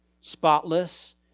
spotless